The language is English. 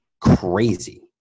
crazy